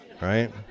right